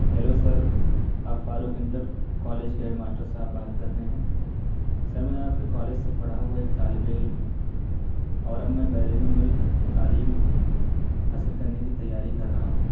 hello sir آپ Farooq inter college کے head master صاحب بات کر رہے ہیں سر میں آپ کے کالج سے پڑھا ہوا ایک طالب علم ہوں اور اب میں بیرونی ملک تعلیم حاصل کرنے کی تیاری کر رہا ہوں